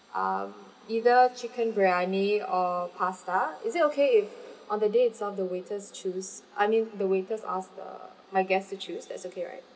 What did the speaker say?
um either chicken briyani or pasta is it okay if on the day itself the waiters choose I mean the waiters ask the my guests to choose that's okay right